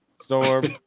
Storm